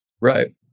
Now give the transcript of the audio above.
Right